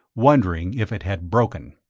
wondering if it had broken.